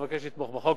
אבקש לתמוך בחוק.